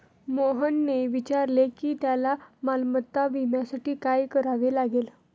मोहनने विचारले की त्याला मालमत्ता विम्यासाठी काय करावे लागेल?